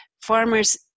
farmers